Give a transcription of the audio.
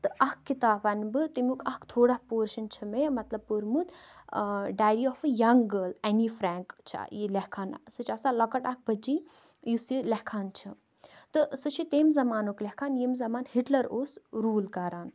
تہِ اَکھ کِتاب وَنہِ بہٕ تمِیُک اَکھ تھوڑا پورشَن چھُ مےٚ مطلب پوٚرمُت diary of a young girl Anne Frank چھَ یہِ لیٚکھان سُہ چھِ آسان لَکٕٹۍ اَکھ بٔچی یُس یہِ لیٚکھان چھِ تہٕ سُہ چھِ تمہِ زَمانُک لیٚکھان یمہِ زمان ہِٹلَر اوس روٗل کَران